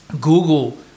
Google